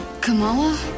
Kamala